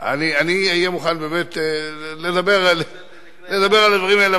אני אהיה מוכן לדבר על הדברים האלה,